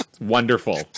Wonderful